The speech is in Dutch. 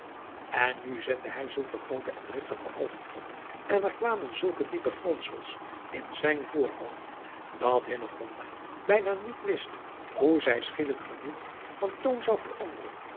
n nu zette hij zulke groote en driftige oogen op en er kwamen zulke diepe fronsels in zijn voorhoofd dat bijna niet wist hoe zij schielijk genoeg van toon zou veranderen